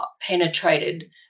penetrated